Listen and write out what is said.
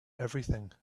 everything